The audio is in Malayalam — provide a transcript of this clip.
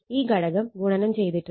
ഈ ഘടകം ഗുണനം ചെയ്തിട്ടുണ്ട്